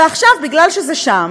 ועכשיו, כיוון שזה שם,